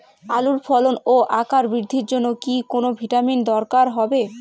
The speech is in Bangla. আলুর ফলন ও আকার বৃদ্ধির জন্য কি কোনো ভিটামিন দরকার হবে?